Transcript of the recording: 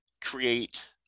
create